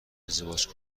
ازدواج